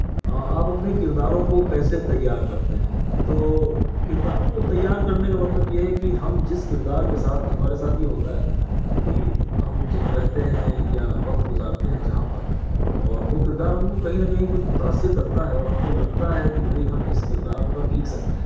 آپ اپنے کرداروں کو کیسے تیار کرتے ہیں تو کرداروں کو تیار کرنے کا مطلب یہ ہے کہ ہم جس کردار کے ساتھ ہمارے ساتھ یہ ہوتا ہے کہ ہم رہتے ہیں یا وقت گزارتے ہیں جہاں پر اور وہ کردار ہم کو کہیں نہ کہیں کچھ متاثر کرتا ہے اور ہم کو لگتا ہے کہ بھائی ہم اس کردار پر لکھ سکتے ہیں